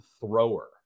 Thrower